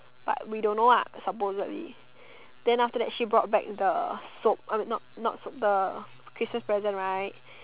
but we don't know ah supposedly then after that she brought back the soap I mean not not soap the Christmas present right